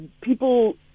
people